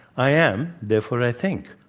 i am, therefore i think.